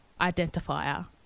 identifier